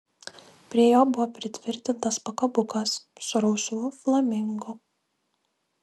prie jo buvo pritvirtintas pakabukas su rausvu flamingu